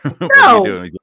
No